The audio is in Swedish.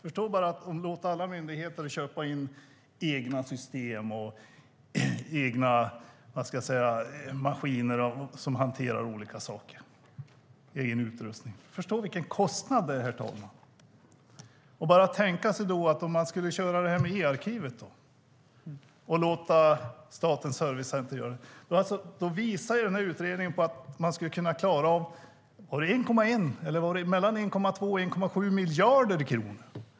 Om man låter alla myndigheter köpa in egna system, egna maskiner som hanterar olika saker och egen utrustning måste man förstå vilken kostnad det är. Man skulle kunna låta Statens servicecenter ha e-arkivet. Utredningen visar på att man skulle kunna spara 1,2-1,7 miljarder kronor.